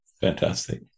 Fantastic